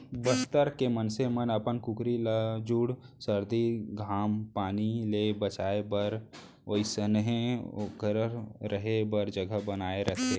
बस्तर के मनसे मन अपन कुकरी ल जूड़ सरदी, घाम पानी ले बचाए बर ओइसनहे ओकर रहें बर जघा बनाए रथें